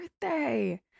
birthday